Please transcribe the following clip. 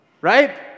right